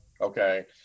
okay